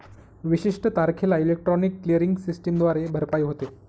विशिष्ट तारखेला electronic clearing सिस्टमद्वारे भरपाई होते